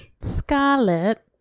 Scarlet